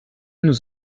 nous